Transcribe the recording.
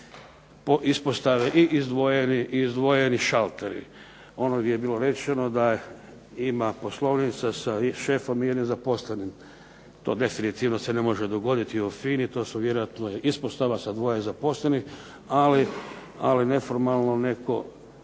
ispostave i izdvojeni šalteri. Ono gdje je bilo rečeno da ima poslovnica sa šefom i jednim zaposlenim, to definitivno se ne može dogoditi u FINA-i, to su vjerojatno ispostava sa 2 zaposlenih, ali neformalno netko